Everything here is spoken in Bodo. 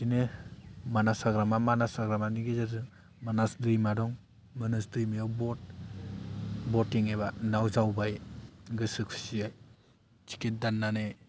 बिदिनो मानास हाग्रामा मानास हाग्रामानि गेजेरजों मानास दैमा दं मानास दैमायाव बत बतिं एबा नाव जावबाय गोसो खुसियै टिकेट दाननानै